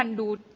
um do